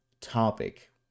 topic